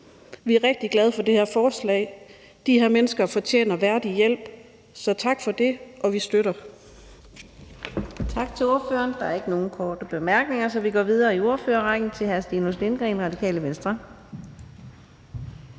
Vi er rigtig glade for det her forslag. De her mennesker fortjener en værdig hjælp, så tak for det, og vi støtter